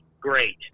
great